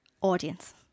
audience